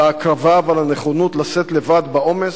על ההקרבה ועל הנכונות לשאת לבד בעומס,